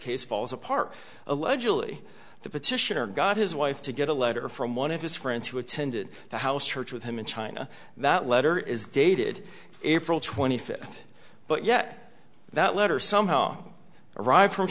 case falls apart allegedly the petitioner got his wife to get a letter from one of his friends who attended the house church with him in china that letter is dated april twenty fifth but yet that letter somehow arrived from